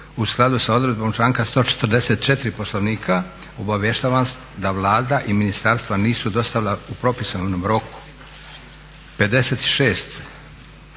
u skladu s odredbom članka 144. Poslovnika obavještavam vas da Vlada i ministarstva nisu dostavila u propisanom roku 56